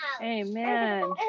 Amen